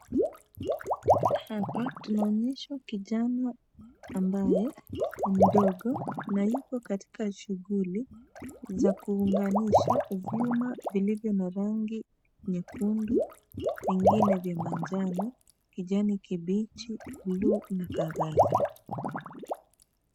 Hapa tunaonyeshwa kijana ambaye ni mdogo na yuko katika shughuli za kuunganisha vyuma vilivyo na rangi nyekundu vingine vya manjano, kijani kibichi, bluu na kadhalika.